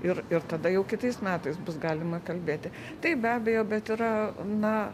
ir ir tada jau kitais metais bus galima kalbėti taip be abejo bet yra na